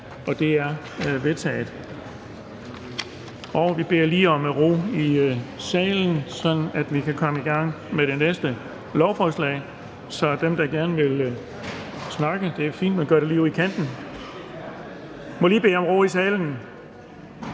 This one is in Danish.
Det er vedtaget. Vi beder lige om ro i salen, så vi kan komme i gang med det næste lovforslag. Til dem, der gerne vil snakke, vil jeg sige, at det er fint, men gør det lige ude i siden. Jeg må lige bede om ro i salen!